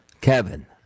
Kevin